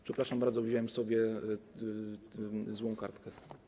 Przepraszam bardzo, wziąłem sobie złą kartkę.